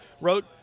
wrote